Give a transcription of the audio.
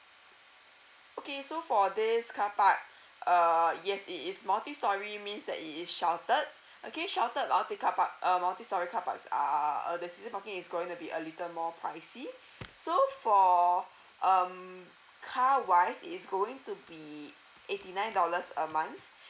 okay so for this car park uh yes it is multi storey means that it is shelted okay shelted multi carpark uh multi storey carpark is ah uh the season parking is going to be a little more pricey so for um car wise is going to be eighty nine dollars a month